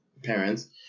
Parents